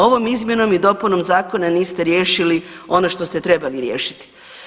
Ovom izmjenom i dopunom zakona niste riješili ono što ste trebali riješiti.